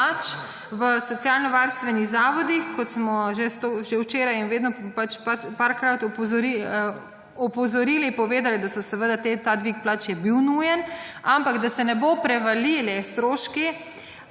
plač v socialno varstvenih zavodih, kot smo že včeraj in parkrat opozorili in povedali, da seveda ta dvig plač je bil nujen, ampak da se ne bodo prevalili stroški